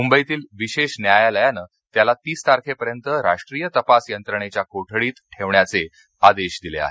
मुंबईतील विशेष न्यायालयानं त्याला तीस तारखेपर्यंत राष्ट्रीय तपास यंत्रणेच्या कोठडीत ठेवण्याचे आदेश दिले आहेत